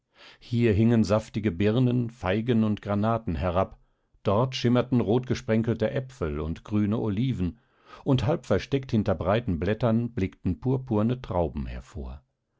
hier hingen saftige birnen feigen und granaten herab dort schimmerten rotgesprenkelte äpfel und grüne oliven und halb versteckt hinter breiten blättern blickten purpurne trauben hervor